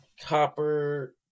Copper